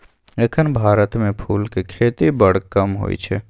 एखन भारत मे फुलक खेती बड़ कम होइ छै